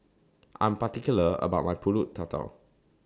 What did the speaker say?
I'm particular about My Pulut Tatal